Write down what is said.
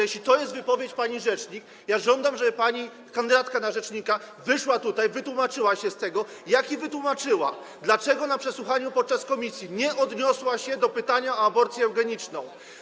Jeśli to jest wypowiedź pani rzecznik, to ja żądam, żeby pani kandydatka na rzecznika wyszła tutaj, wytłumaczyła się z tego i wyjaśniła, dlaczego na przesłuchaniu na posiedzeniu komisji nie odniosła się do pytania o aborcję eugeniczną.